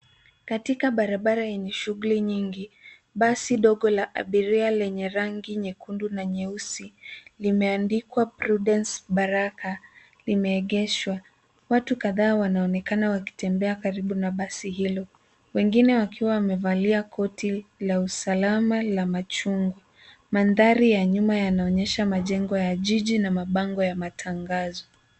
Katika barabara yenye shughuli nyingi basi dogo la abiria lenye rangi nyekundu na nyeusi limeandikwa prudence baraka limeegeshwa. Watu kadhaa wanaonekana wakitembea karibu na basi hilo wengine wakiwa wamevalia koti la usalama la machungu. Mandhari ya nyuma yanaonyesha majengo ya jiji na mabango ya matangazo.